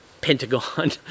pentagon